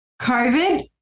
COVID